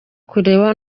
kureba